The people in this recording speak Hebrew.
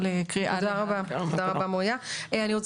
אי אפשר לנהל היום מאגר לאומי, אי אפשר